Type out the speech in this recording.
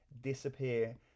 disappear